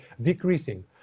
decreasing